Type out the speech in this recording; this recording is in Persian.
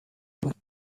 بود